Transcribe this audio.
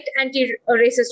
anti-racist